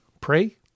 pray